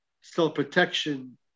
self-protection